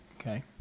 Okay